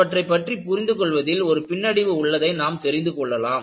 அவற்றைப் பற்றி புரிந்து கொள்வதில் ஒரு பின்னடைவு உள்ளதை நாம் தெரிந்து கொள்ளலாம்